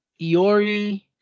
Iori